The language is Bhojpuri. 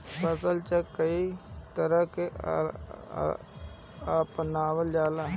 फसल चक्र के कयी तरह के अपनावल जाला?